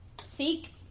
seek